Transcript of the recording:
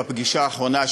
בפגישה האחרונה,